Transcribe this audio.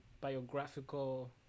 biographical